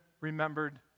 remembered